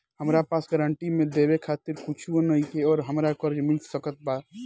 हमरा पास गारंटी मे देवे खातिर कुछूओ नईखे और हमरा कर्जा मिल सकत बा?